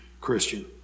Christian